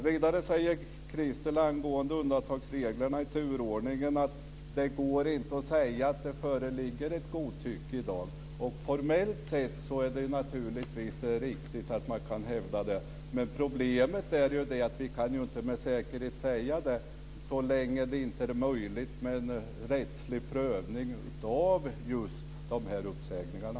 Vidare säger Christel angående undantagsreglerna i turordningen att det inte går att säga att det föreligger ett godtycke i dag. Formellt sett är det naturligtvis riktigt att man kan häva det. Men problemet är att vi inte med säkerhet kan säga hur det är så länge det inte är möjligt med en rättslig prövning av just de här uppsägningarna.